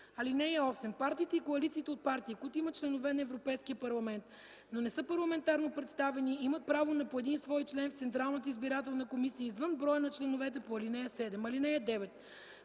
(8) Партиите и коалициите от партии, които имат членове на Европейския парламент, но не са парламентарно представени, имат право на по един свой член в Централната избирателна комисия, извън броя на членовете по ал. 7. (9)